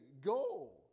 go